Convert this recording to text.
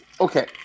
okay